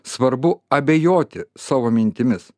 svarbu abejoti savo mintimis